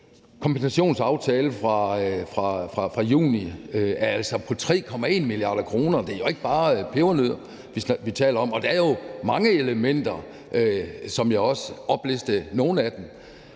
kompensationsaftale fra juni er altså på 3,1 mia. kr. Det er jo ikke bare pebernødder, vi taler om. Og der er jo mange elementer, og jeg oplistede også nogle af dem.